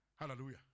Hallelujah